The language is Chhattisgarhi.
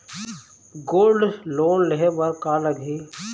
गोल्ड लोन लेहे बर का लगही?